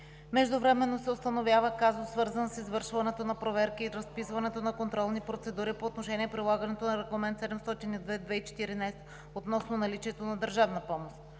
Междувременно се установява казус, свързан с извършването на проверки и разписването на контролни процедури по отношение прилагането на Регламент 702/2014 относно наличието на държавна помощ.